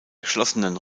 geschlossenen